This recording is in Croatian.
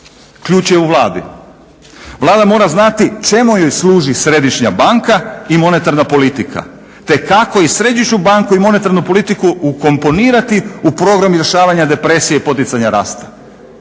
ključ je u Vladi. Vlada mora znati čemu joj služi središnja banka i monetarna politika, te kako i središnju banku i monetarnu politiku ukomponirati u program rješavanja depresije i poticanja rasta